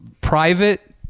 private